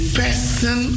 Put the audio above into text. person